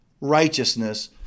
righteousness